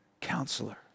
Counselor